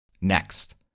Next